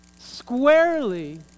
squarely